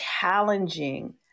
challenging